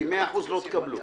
כי מאה אחוז לא תקבלו.